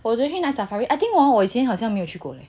我昨天去 night safari I think 我以前好像没有去过 eh